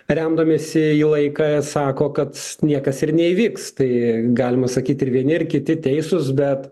remdamiesi į laiką sako kad niekas ir neįvyks tai galima sakyti ir vieni ir kiti teisūs bet